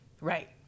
Right